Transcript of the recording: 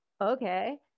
okay